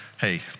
hey